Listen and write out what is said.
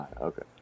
Okay